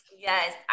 Yes